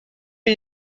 les